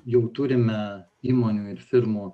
jau turime įmonių ir firmų